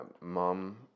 mom